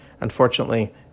Unfortunately